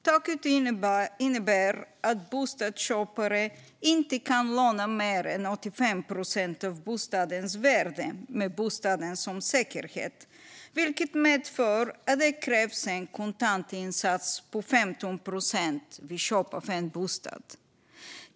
Taket innebär att bostadsköpare inte kan låna mer än 85 procent av bostadens värde med bostaden som säkerhet, vilket medför att det krävs en kontantinsats på 15 procent vid köp av en bostad.